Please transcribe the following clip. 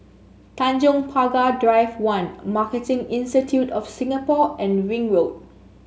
Tanjong Pagar Drive One Marketing Institute of Singapore and Ring Road